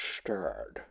stirred